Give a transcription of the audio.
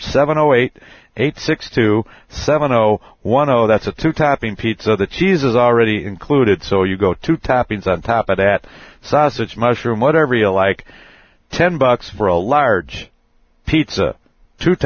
seven zero eight eight six two seven zero zero one zero that's a two topping pizza the cheese is already included so you go to toppings on top of that sausage mushroom whatever you like ten bucks for a large pizza two to